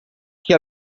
che